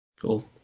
Cool